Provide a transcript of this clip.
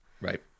Right